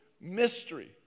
mystery